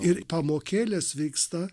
ir pamokėlės vyksta